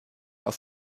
auf